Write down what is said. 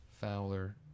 Fowler